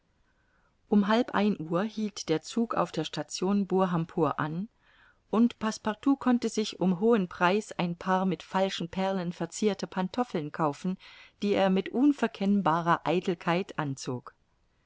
um halb ein uhr hielt der zug auf der station burhampur an und passepartout konnte sich um hohen preis ein paar mit falschen perlen verzierte pantoffeln kaufen die er mit unverkennbarer eitelkeit anzog